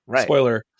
Spoiler